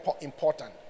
important